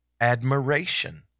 admiration